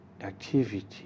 activity